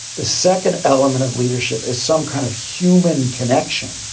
the second element of leadership is some kind of human connection,